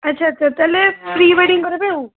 ଆଚ୍ଛା ଆଚ୍ଛା ତା'ହେଲେ ପ୍ରି ୱେଡ଼ିଙ୍ଗ କରିବେ ଆଉ